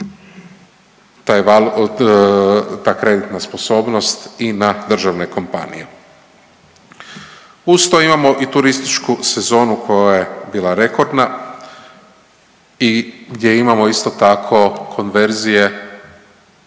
ta kreditna sposobnost i na državne kompanije. Uz to imamo i turističku sezonu koja je bila rekordna i gdje imamo isto tako konverzije